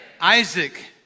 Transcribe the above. Isaac